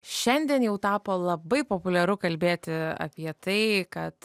šiandien jau tapo labai populiaru kalbėti apie tai kad